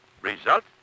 Result